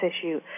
issue